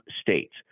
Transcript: states